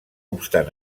obstant